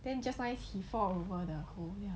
then just nice he fall over the hole